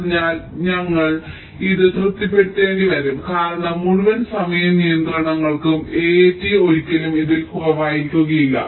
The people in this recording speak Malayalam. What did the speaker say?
അതിനാൽ ഞങ്ങൾ ഇത് തൃപ്തിപ്പെടുത്തേണ്ടിവരും കാരണം മുഴുവൻ സമയ നിയന്ത്രണങ്ങൾക്കും AAT ഒരിക്കലും ഇതിലും കുറവായിരിക്കില്ല